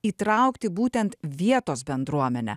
įtraukti būtent vietos bendruomenę